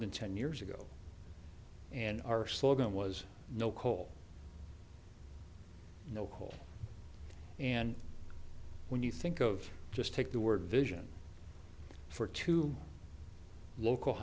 than ten years ago and our slogan was no coal no hole and when you think of just take the word vision for two local